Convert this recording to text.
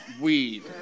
weed